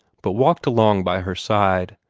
but walked along by her side,